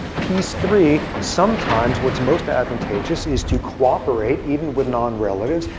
piece three, sometimes what's most advantageous is to cooperate, even with non-relatives,